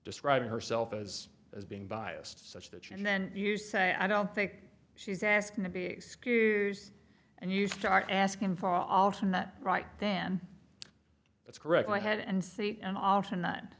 describing herself as as being biased such that she and then you say i don't think she's asking to be excuse and you start asking for all time that right then that's correct my head and see an alternate